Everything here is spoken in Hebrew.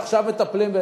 ועכשיו מטפלים,